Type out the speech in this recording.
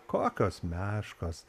kokios meškos